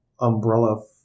umbrella